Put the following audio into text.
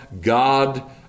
God